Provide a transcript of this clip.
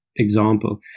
example